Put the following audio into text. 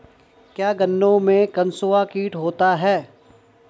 क्या गन्नों में कंसुआ कीट होता है?